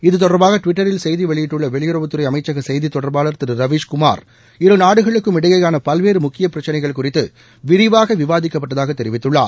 இது தொடர்பாக டிவிட்டரில் செய்தி வெளியிட்டுள்ள வெளியுறவுத்துறை அமைச்சக செய்தி தொடர்பாளர் திரு ரவீஸ்குமார் இருநாடுகளுக்கும் இடையேயான பல்வேறு முக்கிய பிரச்சினைகள் குறித்து விரிவாக விவாதிக்கப்பட்டதாக தெரிவித்துள்ளார்